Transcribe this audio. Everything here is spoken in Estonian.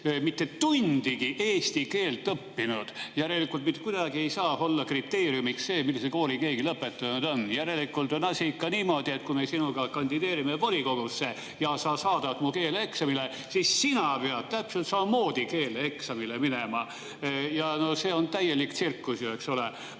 mitte tundigi eesti keelt õppinud. Järelikult mitte kuidagi ei saa olla kriteeriumiks see, millise kooli keegi lõpetanud on. Järelikult on asi ikka niimoodi, et kui meie sinuga kandideerime volikogusse ja sa saadad mu keeleeksamile, siis sina pead täpselt samamoodi keeleeksamile minema. No see on ju täielik tsirkus, eks ole.